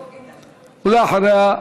ואחריה,